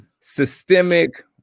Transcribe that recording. systemic